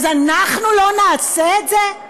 אנחנו לא נעשה את זה?